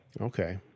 Okay